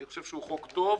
ואני חושב שהיא הצעת חוק טובה.